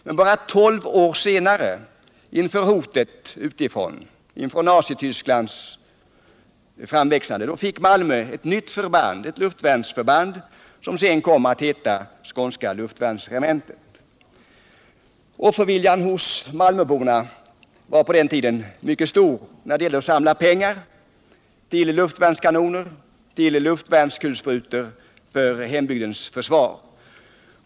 Men bara tolv år senare — inför hotet utifrån genom Nazitysklands framväxande — fick Malmö ett nytt förband, ett luftvärnsförband, som sedan kom att heta Skånska luftvärnsregementet. Offerviljan hos malmöborna var vid den tidpunkten mycket stor när det gällde att samla in pengar till luftvärnskanoner och luftvärnskulsprutor för hembygdens försvar.